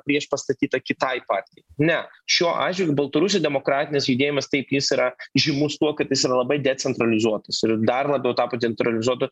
priešpastatyta kitai partijai ne šiuo atžvilgiu baltarusių demokratinis judėjimas taip jis yra žymus tuo kad jis yra labai decentralizuotas ir dar labiau tapo centralizuotu